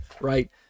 right